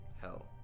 hell